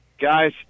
Guys